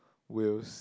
will